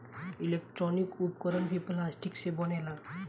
electronic उपकरण भी plastic से बनेला